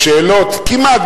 כמעט,